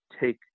take